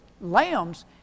lambs